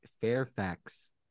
Fairfax